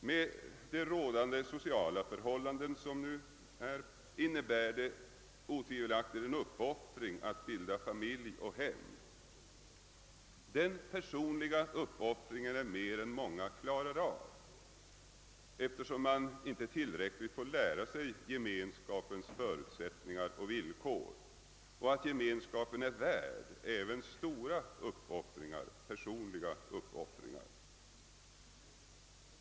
Med nu rådande sociala förhållanden innebär det otvivelaktigt en uppoffring att bilda hem och familj. En sådan uppoffring är mer än många människor klarar, därför att de inte tillräckligt grundligt har fått lära sig gemenskapens förutsättningar och villkor och därför inte vet att gemenskapen är värd även stora personliga uppoffringar.